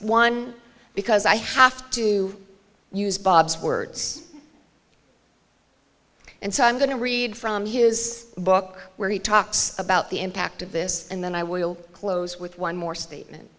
one because i have to use bob's words and so i'm going to read from his book where he talks about the impact of this and then i will close with one more statement